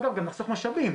ואגב גם נחסוך משאבים,